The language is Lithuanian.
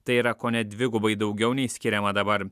tai yra kone dvigubai daugiau nei skiriama dabar